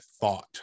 thought